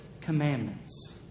commandments